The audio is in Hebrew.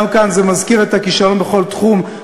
גם כאן זה מזכיר את "הכישלון בכל תחום".